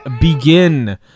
begin